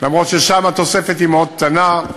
אף ששם התוספת היא מאוד קטנה.